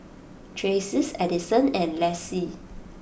Tracie Adison and Lacie